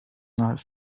not